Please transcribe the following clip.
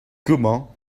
comment